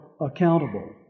accountable